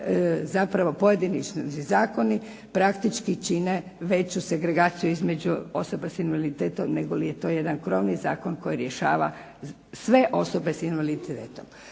zapravo pojedinačni zakoni praktički čine veću segregaciju između osoba s invaliditetom nego li je to jedan krovni zakon koji rješava sve osobe s invaliditetom.